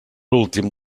últim